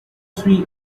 three